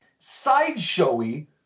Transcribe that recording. sideshowy